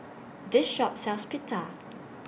This Shop sells Pita